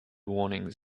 warnings